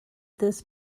this